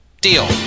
Deal